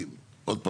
שוב,